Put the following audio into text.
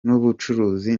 n’ubucuruzi